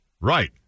Right